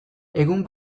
egun